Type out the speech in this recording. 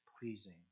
pleasing